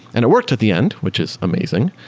and it worked at the end, which is amazing,